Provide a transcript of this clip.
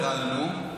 נראה לנו,